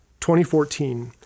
2014